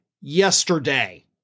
yesterday